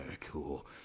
cool